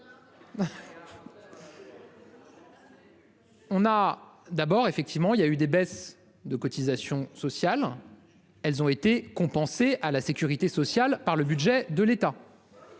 On a d'abord effectivement il y a eu des baisses de cotisations sociales, elles ont été. À la Sécurité sociale par le budget de l'État.